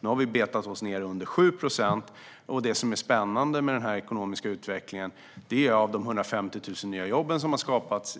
Nu har vi betat oss ned under 7 procent, och det som är spännande med den här ekonomiska utvecklingen är att av de 150 000 nya jobben som har skapats